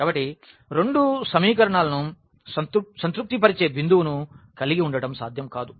కాబట్టి రెండు సమీకరణాలను సంతృప్తిపరిచే బిందువు ను కలిగి ఉండటం సాధ్యం కాదు